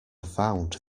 found